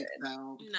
No